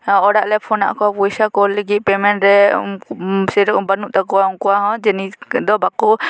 ᱚᱲᱟᱜ ᱞᱮ ᱯᱷᱳᱱᱟᱫ ᱠᱚᱣᱟ ᱯᱚᱭᱥᱟ ᱠᱳᱞ ᱞᱟᱹᱜᱤᱫ ᱯᱮᱢᱮᱱᱴ ᱨᱮ ᱩᱱᱠᱩ ᱥᱮᱨᱚᱠᱚᱢ ᱵᱟᱹᱱᱩᱜ ᱛᱟᱠᱚᱣᱟ ᱩᱱᱠᱩᱣᱟᱜ ᱦᱚᱸ ᱡᱮ ᱱᱤᱛ ᱫᱚ ᱵᱟᱠᱚ